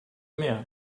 mehr